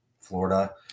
Florida